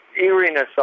eeriness